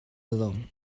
along